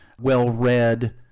well-read